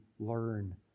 Learn